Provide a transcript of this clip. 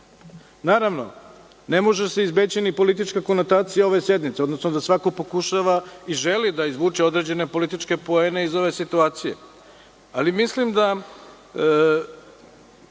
Naravno, ne može se izbeći ni politička konotacija ove sednice, odnosno da svako pokušava i želi da izvuče određene političke poene iz ove situacije. Mislim da